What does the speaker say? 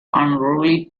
unruly